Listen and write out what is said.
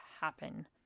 happen